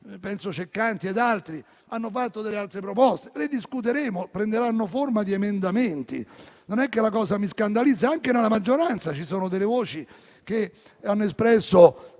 penso a Ceccanti ed altri - hanno fatto delle altre proposte che discuteremo e prenderanno forma di emendamenti. La cosa non mi scandalizza. Anche nella maggioranza ci sono delle voci che hanno espresso